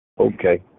Okay